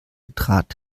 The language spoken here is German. trat